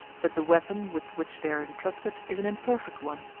but the weapon with which they are intrusted is an imperfect one,